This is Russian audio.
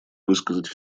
высказать